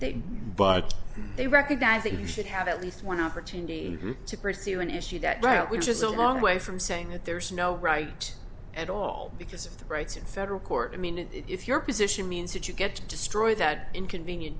they but they recognize that you should have at least one opportunity to pursue an issue that route which is a long way from saying that there is no right at all because of the rights in federal court i mean if your position means that you get to destroy that inconvenient